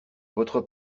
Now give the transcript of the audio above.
votre